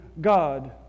God